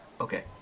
Okay